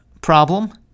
problem